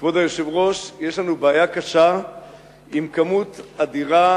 כבוד היושב-ראש, יש לנו בעיה קשה עם כמות אדירה